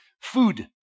food